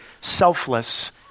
selfless